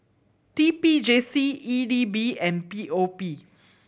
T P J C E D B and P O P